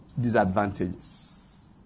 disadvantages